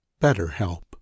BetterHelp